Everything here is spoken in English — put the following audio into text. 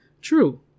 True